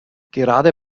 gerade